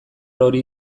hori